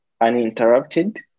uninterrupted